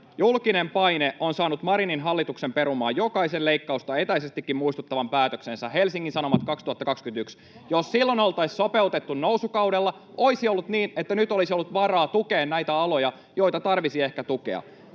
julkinen paine on saanut Marinin hallituksen perumaan jokaisen leikkausta etäisestikin muistuttavan päätöksensä, Helsingin Sanomat 2021. Jos silloin nousukaudella oltaisiin sopeutettu, olisi niin, että nyt olisi ollut varaa tukea näitä aloja, joita tarvitsisi ehkä tukea.